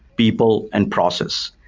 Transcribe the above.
people and process.